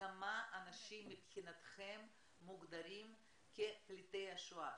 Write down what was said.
כמה אנשים מבחינתכם מוגדרים כפליטי שואה?